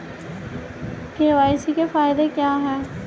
KYC के फायदे क्या है?